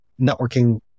networking